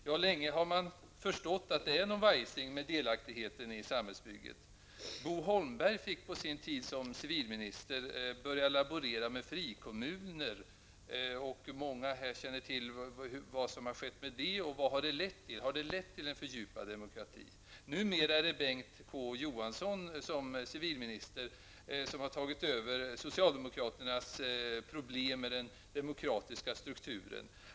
Ja, länge har man förstått att det är vajsing med delaktigheten i samhällsbygget. Bo Homberg fick på sin tid asom civilminister börja laborera med frikommuner. Och många här känner till vad som har skett med dem och vad de har lett till. Men har de lett till en fördjupad demokrati? Numera har Bengt K Å Johansson som civilminister tagit över socialdemokraternas problem med den demokratiska strukturen.